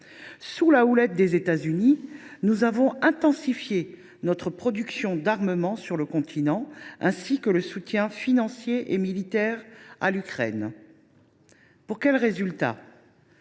Sous la houlette des États Unis, nous avons intensifié notre production d’armement sur le continent, ainsi que le soutien financier et militaire à l’Ukraine. Pour quels résultats ?